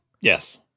Yes